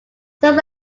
some